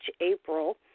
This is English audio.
April